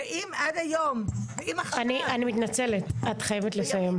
ואם עד היום --- את צריכה לסיים.